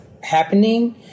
happening